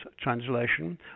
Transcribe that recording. translation